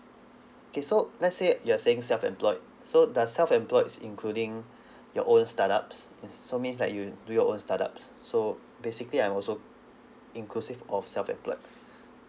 okay so let's say you're saying self employed so does self employed including your own start ups it's so means that you do your own start ups so basically I'm also inclusive of self employed